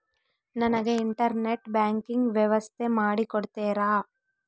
ನನಗೆ internet banking ವ್ಯವಸ್ಥೆ ಮಾಡಿ ಕೊಡ್ತೇರಾ?